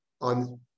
on